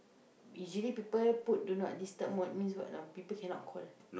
usually people put do not disturb mode means what know people cannot call